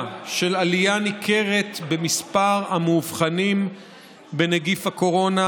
של עלייה ניכרת במספר המאובחנים בנגיף הקורונה,